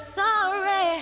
sorry